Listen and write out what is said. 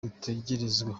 dutegerezwa